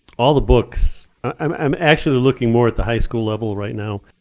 all the books i'm actually looking more at the high school level right now